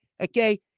okay